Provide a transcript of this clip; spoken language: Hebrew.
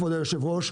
כבוד היו"ר,